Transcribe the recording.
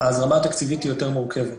ההזרמה התקציבית יותר מורכבת